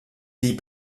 fille